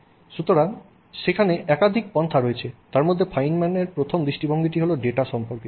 সুতরাং সেখানে একাধিক পন্থা রয়েছে তারমধ্যে ফাইনম্যান প্রথম দৃষ্টিভঙ্গিটি হল ডেটা সম্পর্কিত